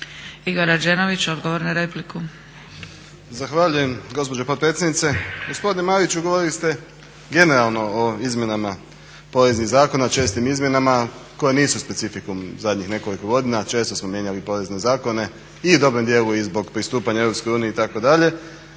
**Rađenović, Igor (SDP)** Zahvaljujem gospođo potpredsjednice. Gospodine Mariću, govorili ste generalno o izmjenama poreznih zakona, o čestim izmjenama koje nisu specifikum zadnjih nekoliko godina, često smo mijenjali porezne zakone i u dobrom dijelu i zbog pristupanja Europskoj uniji itd., a